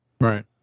Right